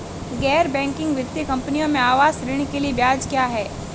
गैर बैंकिंग वित्तीय कंपनियों में आवास ऋण के लिए ब्याज क्या है?